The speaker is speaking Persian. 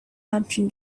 همچین